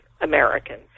Americans